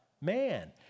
Man